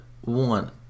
one